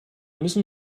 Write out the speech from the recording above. müssen